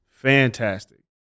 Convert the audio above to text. Fantastic